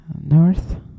North